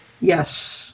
Yes